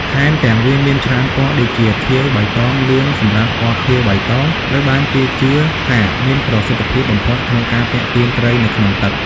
ថែមទាំងវាមានច្រើនពណ៌ដូចជា ខៀវ បៃតង លឿង សម្រាប់ពណ៌ខៀវ-បៃតង ត្រូវបានគេជឿថាមានប្រសិទ្ធភាពបំផុតក្នុងការទាក់ទាញត្រីនៅក្នុងទឹក។